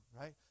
right